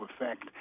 effect